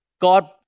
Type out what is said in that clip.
God